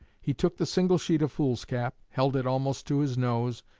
he took the single sheet of foolscap, held it almost to his nose,